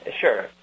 Sure